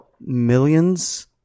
millions